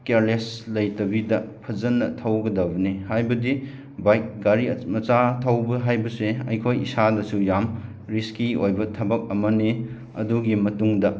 careless ꯂꯩꯇꯕꯤꯗ ꯐꯖꯅ ꯊꯧꯒꯗꯧꯕꯅꯤ ꯍꯥꯏꯕꯗꯤ ꯕꯥꯏꯛ ꯒꯥꯔꯤ ꯃꯆꯥ ꯊꯧꯕ ꯍꯥꯏꯕꯁꯦ ꯑꯩꯈꯣꯏ ꯏꯁꯥꯗꯁꯨ ꯌꯥꯝ ꯔꯤꯁꯀꯤ ꯑꯣꯏꯕ ꯊꯕꯛ ꯑꯃꯅꯤ ꯑꯗꯨꯒꯤ ꯃꯇꯨꯡꯗ